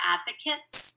Advocates